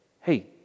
hey